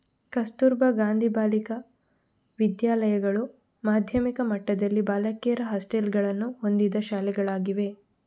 ಕಸ್ತೂರಬಾ ಗಾಂಧಿ ಬಾಲಿಕಾ ವಿದ್ಯಾಲಯಗಳು ಮಾಧ್ಯಮಿಕ ಮಟ್ಟದಲ್ಲಿ ಬಾಲಕಿಯರ ಹಾಸ್ಟೆಲುಗಳನ್ನು ಹೊಂದಿದ ಶಾಲೆಗಳಾಗಿವೆ